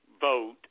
vote